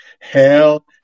hell